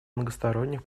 многосторонних